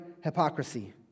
hypocrisy